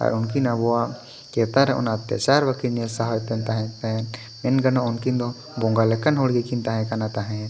ᱟᱨ ᱩᱱᱠᱤᱱ ᱟᱵᱚᱣᱟᱜ ᱪᱮᱛᱟᱱ ᱨᱮ ᱚᱱᱟ ᱚᱛᱛᱟᱪᱟᱨ ᱵᱟᱠᱤᱱ ᱧᱮᱞ ᱥᱟᱦᱟᱣᱮᱫ ᱠᱟᱱ ᱛᱟᱦᱮᱫ ᱛᱮ ᱢᱮᱱ ᱜᱟᱱᱚᱜᱼᱟ ᱩᱱᱠᱤᱱ ᱫᱚ ᱵᱚᱸᱜᱟ ᱞᱮᱠᱟᱱ ᱦᱚᱲ ᱜᱮᱠᱤᱱ ᱛᱟᱦᱮᱸ ᱠᱟᱱᱟ ᱛᱟᱦᱮᱫ